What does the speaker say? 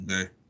okay